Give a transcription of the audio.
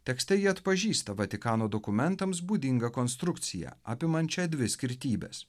tekste ji atpažįsta vatikano dokumentams būdingą konstrukciją apimančią dvi skirtybes